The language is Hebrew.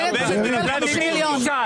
בנט קיבל 50 מיליון.